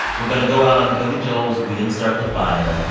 we're going to go out on billy joel's we didn't start the fire